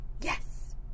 Yes